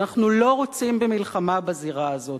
שאנחנו לא רוצים במלחמה בזירה הזאת,